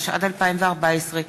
התשע"ד 2014,